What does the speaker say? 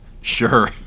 Sure